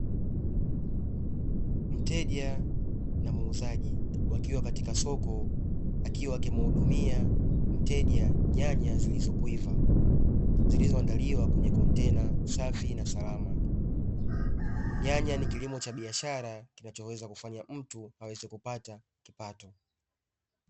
Mteja na muuzaji, wakiwa katika soko akiwa akiimuhudumia mteja nyanya zilizokwiva, zilizoandaliwa kwenye kontena safi na salama. Nyanya ni kilimo cha biashara, kinachoweza kufanya mtu aweze kupata kipato.